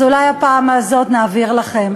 אז אולי הפעם הזאת נעביר לכם.